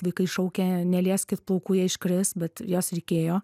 vaikai šaukė nelieskit plaukų jie iškris bet juos reikėjo